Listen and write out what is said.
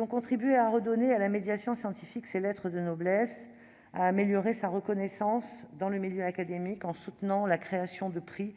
ont contribué à redonner à la médiation scientifique ses lettres de noblesse et à améliorer sa reconnaissance dans le milieu académique, en soutenant la création de prix